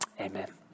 Amen